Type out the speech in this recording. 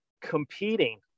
competing